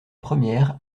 première